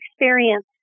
experience